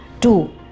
Two